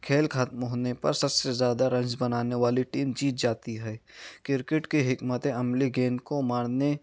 کھیل ختم ہونے پر سب سے زیادہ رنز بنانے والی ٹیم جیت جاتی ہے کرکٹ کے حکمت عملی گیند کو مارنے